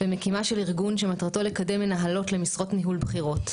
ומקימה של ארגון שמטרתו לקדם מנהלות למשרות ניהול בכירות.